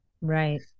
right